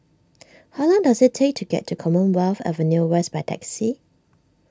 how long does it take to get to Commonwealth Avenue West by taxi